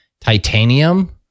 titanium